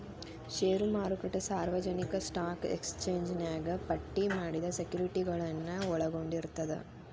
ಷೇರು ಮಾರುಕಟ್ಟೆ ಸಾರ್ವಜನಿಕ ಸ್ಟಾಕ್ ಎಕ್ಸ್ಚೇಂಜ್ನ್ಯಾಗ ಪಟ್ಟಿ ಮಾಡಿದ ಸೆಕ್ಯುರಿಟಿಗಳನ್ನ ಒಳಗೊಂಡಿರ್ತದ